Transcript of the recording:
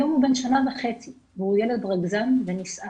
היום הוא בן שנה וחצי והוא ילד רגזן ונסער.